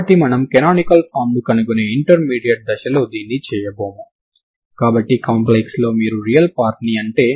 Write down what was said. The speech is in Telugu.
మీ ఈ ప్రారంభ విలువ కలిగిన సమస్యకు రెండు పరిష్కారాలు ఉంటాయని అనుకుంటే అవి ఏమైనా సరే అని రెండు సమానం కావాలి